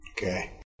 Okay